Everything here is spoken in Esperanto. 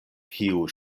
kiu